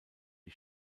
die